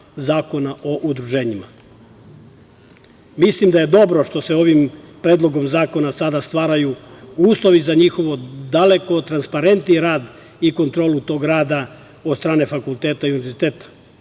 zakona o udruženjima. Mislim da je dobro što se ovim predlogom zakona sada stvaraju uslovi za njihovu daleko transparentniji rad i kontrolu tog rada od strane fakulteta i univerziteta.